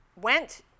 went